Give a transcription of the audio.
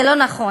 זה לא נכון.